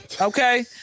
Okay